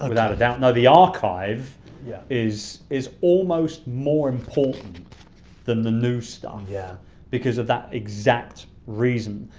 ah without a doubt. no the archive yeah is is almost more important than the new stuff yeah because of that exact reason,